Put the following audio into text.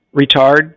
retard